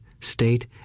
state